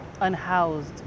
Unhoused